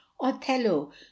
othello